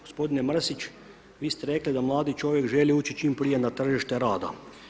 Gospodine Mrsić, vi ste rekli da mladi čovjek želi ući čim prije na tržište rada.